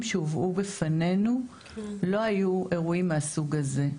שהובאו בפנינו לא היו אירועים מהסוג הזה.